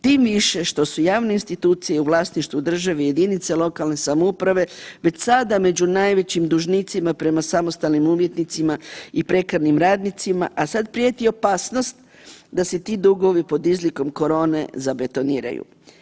Tim više što su javne institucije u vlasništvu države i jedinice lokalne samouprave već sada među najvećim dužnicima prema samostalnim umjetnicima i prekarnim radnicima, a sad prijeti opasnost da se ti dugovi pod izlikom korone zabetoniraju.